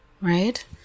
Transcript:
right